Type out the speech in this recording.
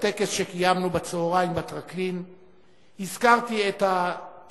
בטקס שקיימנו בצהריים בטרקלין הזכרתי את האמרה